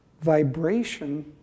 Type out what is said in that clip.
vibration